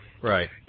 Right